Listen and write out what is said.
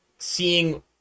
seeing